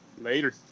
Later